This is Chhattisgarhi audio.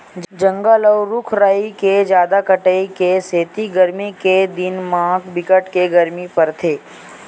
जंगल अउ रूख राई के जादा कटाई के सेती गरमी के दिन म बिकट के गरमी परथे